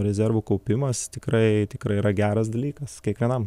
rezervų kaupimas tikrai tikrai yra geras dalykas kiekvienam